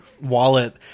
wallet